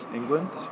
England